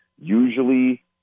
Usually